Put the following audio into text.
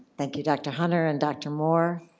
thank you, dr. hunter and dr. moore.